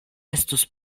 estus